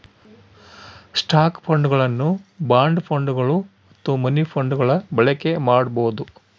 stock ಫಂಡ್ಗಳನ್ನು bond ಫಂಡ್ಗಳು ಮತ್ತು ಮನಿ ಫಂಡ್ಗಳ ಬಳಕೆ ಮಾಡಬೊದು